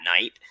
night